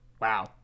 Wow